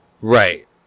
Right